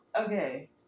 okay